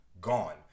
gone